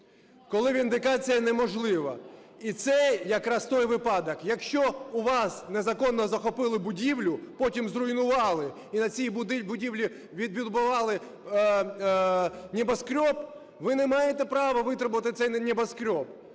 коли віндикація неможлива. І це якраз той випадок. Якщо у вас незаконно захопили будівлю, потім зруйнували і на цій будівлі відбудували небоскреб, ви не маєте права витребувати цей небоскреб.